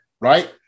right